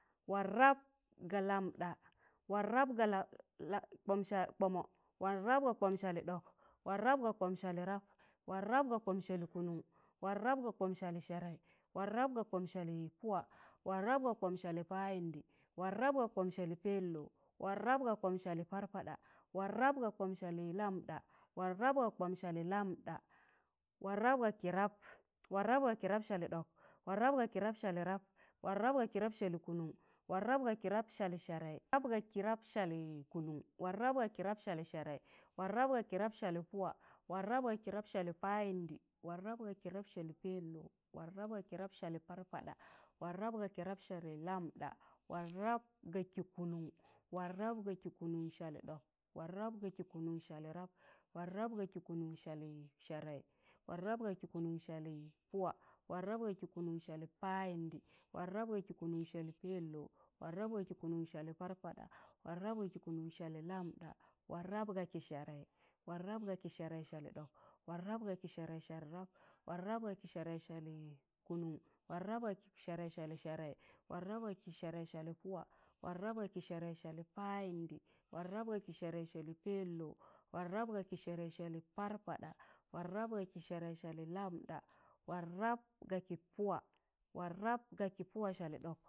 wọn rap ga lamda. wọn rap ga la- la kbọm- sali kbọmọ. wọn rap ga kbọmọ. wọn rap ga kbọmọ salị ɗọk. wọn rap ga kbọmọ salị rap. wọn rap ga kbọmọ salị kụụnụṇ. wọn rap ga kbọmọ salị sẹẹrẹị. wọn rap ga kbọmọ salị pụwa. wọn rap ga kbọmọ salị payịndị. wọn rap ga kbọmọ salị pẹlou. wọn rap ga kbọmọ salị parpaɗa. wọn rap ga kbọmọ salị lamɗa. wọn rap ga kị rap, wọn rap ga kị salị ɗọk. wọn rap ga kị salị rap. wọn rap ga kị salị kụụnụṇ. wọn rap ga kị salị sẹẹrẹị. wọn rap ga kị salị kụụnụn. wọn rap ga kị salị sẹẹrẹị. wọn rap ga kị salị pụwa. wọn rap ga kị salị payịndị. wọn rap ga kị salị pẹlou. wọn rap ga kị salị parpaɗa. wọn rap ga kị salị lamɗa. wọn rap ga kị kụụnụṇ. wọn rap ga kị kụụnụṇ salị ɗọk. wọn rap ga kị kụụnụṇ salị rap. wọn rap ga kị kụụnụṇ salị kụụnụn. wọn rap ga kị kụụnụṇ salị sẹẹrẹị. wọn rap ga kị kụụnụṇ salị pụwa. wọn rap ga kị kụụnụṇ salị payịndị. wọn rap ga kị kụụnụṇ salị pẹlou. wọn rap ga kị kụụnụṇ salị parpaɗa. wọn rap ga kị kụụnụṇ salị lambɗa. wọn rap ga kị sẹẹrẹị. wọn rap ga kị sẹẹrẹị salị ɗọk. wọn rap ga kị sẹẹrẹị salị rap. wọn rap ga kị sẹẹrẹị salị kụụnụṇ. wọn rap ga kị sẹẹrẹị salị sẹẹrẹị. wọn rap ga kị sẹẹrẹị salị pụwa. wọn rap ga kị sẹẹrẹị salị payịndị. wọn rap ga kị sẹẹrẹị salị pẹlou. wọn rap ga kị sẹẹrẹị salị parpaɗa. wọn rap ga kị sẹẹrẹị salị lamdawọn rap ga kị pụwa. wọn rap ga kị pụwa salị ɗọk,